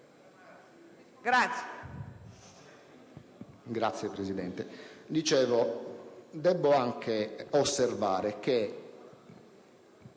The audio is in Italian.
Grazie, Presidente.